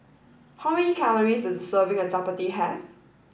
how many calories does a serving of Chappati have